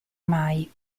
mai